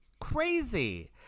Crazy